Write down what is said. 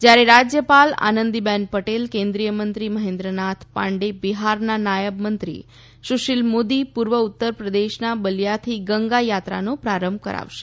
જ્યારે રાજ્યપાલ આનંદીબેન પટેલ કેન્દ્રીય મંત્રી મહેન્દ્રનાથ પાંડે બિહારના નાયબ મંત્રી સુશીલ મોદી પૂર્વ ઉત્તરપ્રદેશના બલીયાથી ગંગા યાત્રાનો પ્રારંભ કરાવશે